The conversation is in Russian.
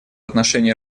отношении